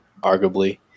arguably